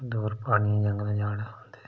दूर प्हाड़िये जंगले जाना